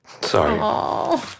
Sorry